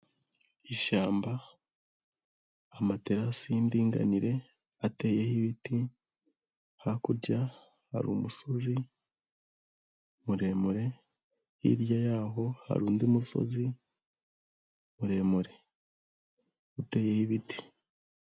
Ishyamba, amaterasi y'indinganire ateyeho ibiti hakurya hari umusozi muremure, hirya yaho hari undi musozi muremure uteyeho ibiti.